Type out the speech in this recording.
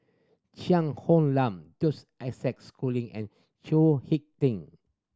Cheang Hong Lam Joseph Isaac Schooling and Chao Hick Tin